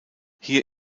hier